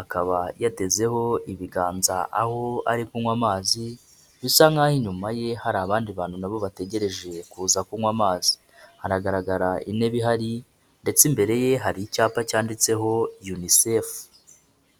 akaba yatezeho ibiganza, aho ari kunywa amazi, bisa nk'aho inyuma ye hari abandi bantu nabo bategereje kuza kunywa amazi. Haragaragara intebe ihari, ndetse imbere ye hari icyapa cyanditseho UNICEF.